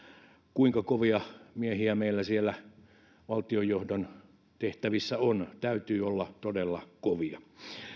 kuinka kovia miehiä meillä siellä valtionjohdon tehtävissä on täytyy olla todella kovia